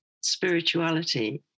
spirituality